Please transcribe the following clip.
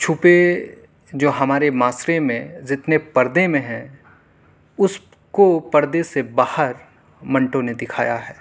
چھپے جو ہمارے معاشرے میں جتنے پردے میں ہیں اس کو پردے سے باہر منٹو نے دکھایا ہے